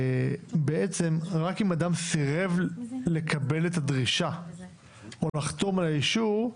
רק אם אדם סירב לקבל את הדרישה או לחתום על האישור,